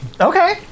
Okay